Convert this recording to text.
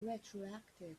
retroactive